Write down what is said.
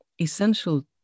essential